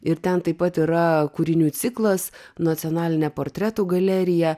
ir ten taip pat yra kūrinių ciklas nacionalinė portretų galerija